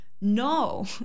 No